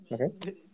Okay